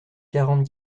quarante